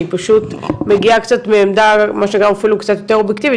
אני פשוט מגיעה קצת מעמדה קצת יותר אובייקטיבית